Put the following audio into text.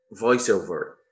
voiceover